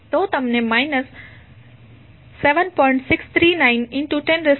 તો તમને માઇનસ 7